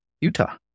Utah